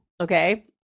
Okay